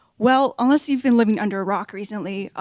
well, unless you've been living under a rock recently,